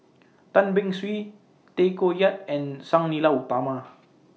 Tan Beng Swee Tay Koh Yat and Sang Nila Utama